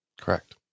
Correct